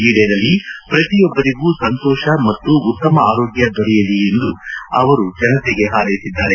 ಈಡೇರಲಿ ಪ್ರತಿಯೊಬ್ಬರಿಗೂ ಸಂತೋಷ ಮತ್ತು ಉತ್ತಮ ಆರೋಗ್ಯ ದೊರೆಯಲಿ ಎಂದು ಅವರು ಜನತೆಗೆ ಹಾರೈಸಿದ್ದಾರೆ